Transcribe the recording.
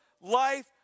life